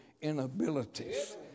inabilities